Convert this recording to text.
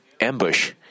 ambush